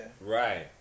Right